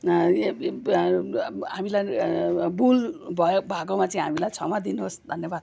हामीलाई भूल भएकोमा चाहिँ हामीलाई क्षमा दिनुहोस् धन्यवाद